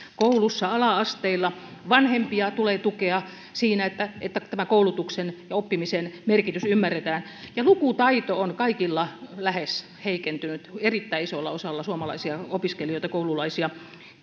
koulussa ala asteilla vanhempia tulee tukea siinä että että koulutuksen ja oppimisen merkitys ymmärretään ja lukutaito on lähes kaikilla heikentynyt erittäin isolla osalla suomalaisia opiskelijoita ja koululaisia